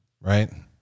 Right